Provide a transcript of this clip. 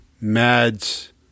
Mads